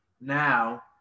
Now